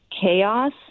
chaos